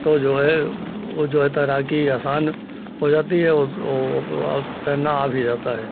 तो जो है वह जो है तैराकी आसान हो जाती है उस और और तैरना आ भी जाता है